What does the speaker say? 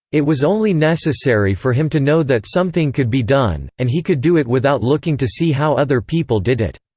it was only necessary for him to know that something could be done, and he could do it without looking to see how other people did it.